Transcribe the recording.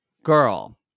Girl